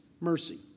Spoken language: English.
mercy